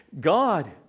God